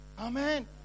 Amen